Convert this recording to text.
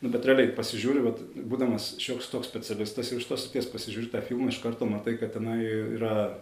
nu bet realiai pasižiūri vat būdamas šioks toks specialistas iš tos srities pasižiūri filmą iš karto matai kad tenai yra